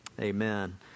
Amen